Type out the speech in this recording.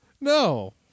No